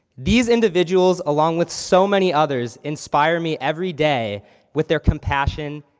these individuals along with so many others, inspired me every day with their compassion,